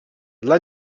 dla